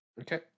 Okay